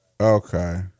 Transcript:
Okay